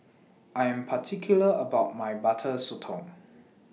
I Am particular about My Butter Sotong